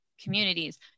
communities